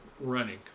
running